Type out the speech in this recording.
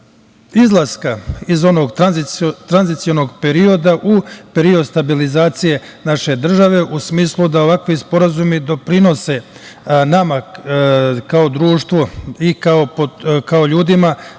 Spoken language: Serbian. izlaska iz onog tranzicionog perioda u period stabilizacije naše države, u smislu da ovakvi sporazumi doprinose nama kao društvu i kao ljudima